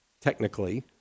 technically